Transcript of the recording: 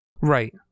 right